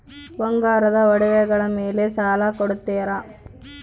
ಬಂಗಾರದ ಒಡವೆಗಳ ಮೇಲೆ ಸಾಲ ಕೊಡುತ್ತೇರಾ?